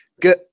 good